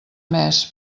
mes